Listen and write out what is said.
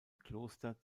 kloster